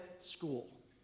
school